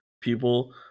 people